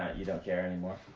you don't care anymore?